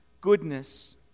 goodness